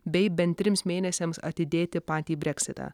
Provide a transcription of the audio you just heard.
bei bent trims mėnesiams atidėti patį breksitą